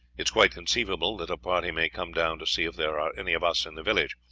it is quite conceivable that a party may come down to see if there are any of us in the village.